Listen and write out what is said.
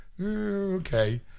okay